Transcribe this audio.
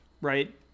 right